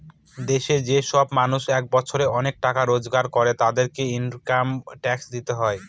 দেশে যে সব মানুষ এক বছরে অনেক টাকা রোজগার করে, তাদেরকে ইনকাম ট্যাক্স দিতে হয়